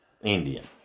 Indian